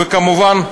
וכמובן,